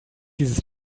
dieses